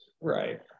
Right